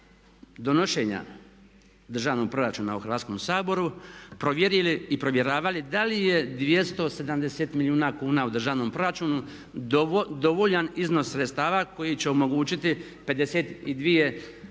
donošenja državnog proračuna u Hrvatskom saboru provjerili i provjeravali da li je 270 milijuna kuna u državnom proračunu dovoljan iznos sredstava koji će omogućiti 52 linije,